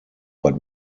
but